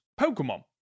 Pokemon